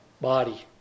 body